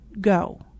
go